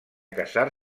casar